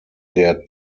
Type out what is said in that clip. der